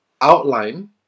outline